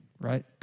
right